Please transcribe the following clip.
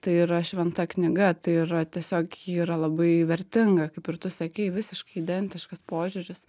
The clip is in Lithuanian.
tai yra šventa knyga tai yra tiesiog ji yra labai vertinga kaip ir tu sakei visiškai identiškas požiūris